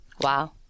Wow